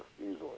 easily